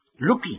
looking